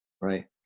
Right